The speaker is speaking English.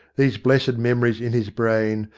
these blessed memories in his brain,